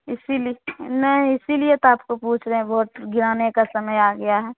इसीलिए नहीं इसीलिए तो आपको पूछ रहे हैं भोट गिराने का समय आ गया है